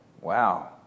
Wow